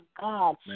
God